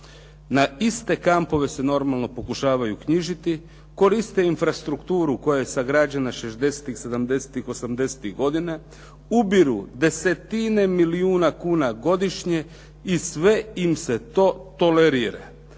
Na iste kampove se normalno pokušavaju knjižiti, koriste infrastrukturu koja je sagrađena 60.-tih, 70.-tih, 80.-tih godina, ubiru desetine milijuna kuna godišnje i sve im se to tolerira.